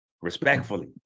Respectfully